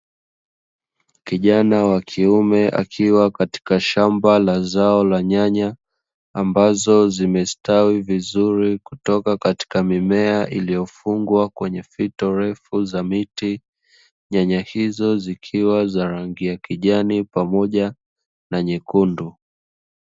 Kijana wa kiume akiwa katika shamba la zao la nyanya ambazo zimestawi vizuri kutoka katika mimea iliyofungwa kwenye fito refu za miti. Nyanya hizo zikiwa za rangi ya kijani pamoja na nyekundu.